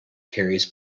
carries